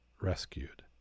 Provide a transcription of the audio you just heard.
rescued